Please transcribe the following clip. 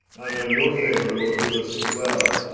i know your favour, lord ulysses, well.